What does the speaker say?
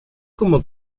como